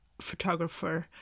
photographer